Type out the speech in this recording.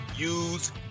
Use